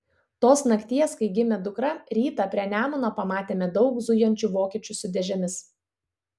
tos nakties kai gimė dukra rytą prie nemuno pamatėme daug zujančių vokiečių su dėžėmis